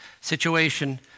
situation